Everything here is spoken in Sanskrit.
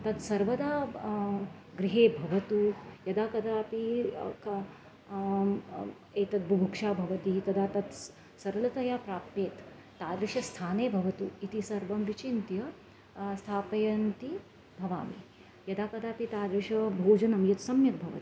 तत् सर्वदा गृहे भवतु यदा कदापि क एतद् बुभुक्षा भवति तदा तत् सरलतया प्राप्येत् तादृशं स्थाने भवतु इति सर्वं विचिन्त्य स्थापयन्ति भवामि यदा कदापि तादृशं भोजनं यत् सम्यक् भवति